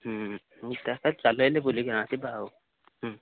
ଚାଲାଇଲେ ବୁଲିକିନା ଆସିବା ଆଉ